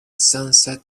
sunset